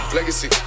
Legacy